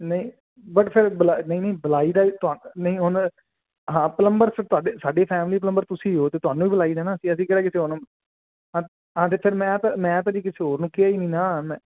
ਨਹੀਂ ਬਟ ਫਿਰ ਨਹੀਂ ਨਹੀਂ ਬੁਲਾਈ ਦਾ ਨਹੀਂ ਹੁਣ ਹਾਂ ਪਲੰਬਰ ਸਾਡੇ ਫੈਮਲੀ ਪਲੰਬਰ ਤੁਸੀਂ ਹੋ ਤੇ ਤੁਹਾਨੂੰ ਵੀ ਬੁਲਾਈ ਦੇ ਨਾ ਅਸੀਂ ਕਿਹੜਾ ਕਿਸੇ ਨੂੰ ਆ ਤੇ ਫਿਰ ਮੈਂ ਤਾਂ ਜੀ ਕਿਸੇ ਹੋਰ ਨੂੰ ਕਿਹਾ ਹੀ ਨਹੀਂ ਨਾ ਮੈਂ